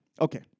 Okay